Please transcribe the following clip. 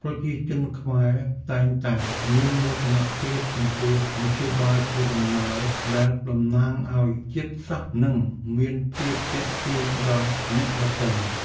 ប្រជាជនខ្មែរតែងតែមានមោទនភាពចំពោះមធ្យោបាយធ្វើដំណើរដែលតំណាងឱ្យជាតិសាសន៍និងមានភាពទាក់ទាញដល់អ្នកដទៃ។